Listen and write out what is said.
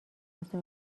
واسه